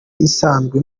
isanzwe